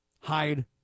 hide